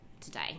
today